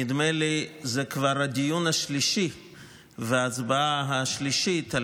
נדמה לי, זה כבר הדיון השלישי וההצבעה השלישית.